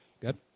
Good